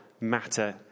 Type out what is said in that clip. matter